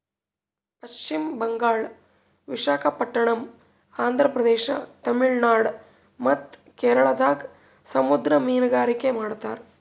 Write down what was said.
ಪಶ್ಚಿಮ್ ಬಂಗಾಳ್, ವಿಶಾಖಪಟ್ಟಣಮ್, ಆಂಧ್ರ ಪ್ರದೇಶ, ತಮಿಳುನಾಡ್ ಮತ್ತ್ ಕೇರಳದಾಗ್ ಸಮುದ್ರ ಮೀನ್ಗಾರಿಕೆ ಮಾಡ್ತಾರ